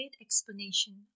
explanation